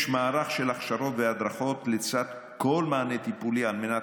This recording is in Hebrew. יש מערך של הכשרות והדרכות לצד כל מענה טיפולי על מנת